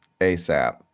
ASAP